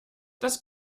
das